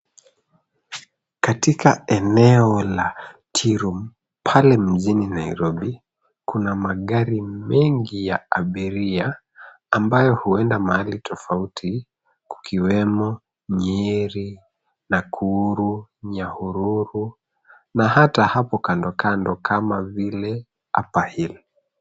Katika eneo la Tea Room pale mjini Nairobi, kuna magari mengi ya abiria, ambayo huenda mahali tofauti, kukiwemo Nyeri, Nakuru, Nyahururu na hata hapo kando kando kama vile Upper Hill.